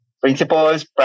Principles